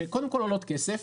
שקודם כל עולות כסף,